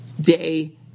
day